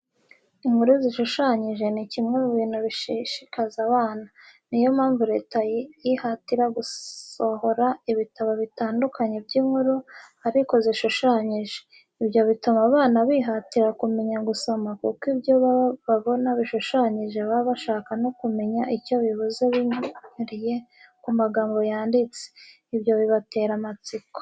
Inkuru zishushanyije ni kimwe mu bintu bishishikaza abana. Niyo mpamvu Leta yihatira gusohora ibitabo bitandukanye by'inkuru, ariko zishushanyije. Ibyo bituma abana bihatira kumenya gusoma kuko ibyo babona bishushanyije baba bashaka no kumenya icyo bivuze binyuriye ku magambo yanditse.I byo bibatera amatsiko.